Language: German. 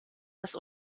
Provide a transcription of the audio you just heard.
das